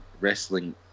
wrestling